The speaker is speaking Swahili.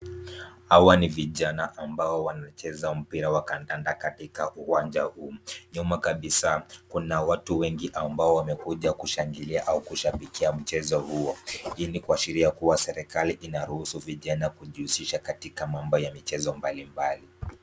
Hawa ni vijana ambao wanacheza mpira wa kandanda katika uwanja huu. Nyuma kabisa, kuna watu wengi ambao wamekuja kushangilia au kushabikia mchezo huo. Hii ni kwa sheria kuwa serikali inaruhusu vijana kujihusisha katika mambo ya michezo mbalimbali.